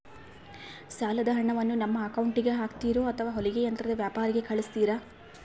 ಸಾಲದ ಹಣವನ್ನು ನಮ್ಮ ಅಕೌಂಟಿಗೆ ಹಾಕ್ತಿರೋ ಅಥವಾ ಹೊಲಿಗೆ ಯಂತ್ರದ ವ್ಯಾಪಾರಿಗೆ ಕಳಿಸ್ತಿರಾ?